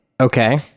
Okay